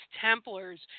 Templars